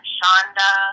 Shonda